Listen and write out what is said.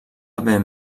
haver